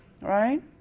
right